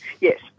Yes